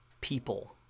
people